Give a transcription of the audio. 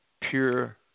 pure